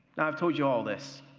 i've told you all this.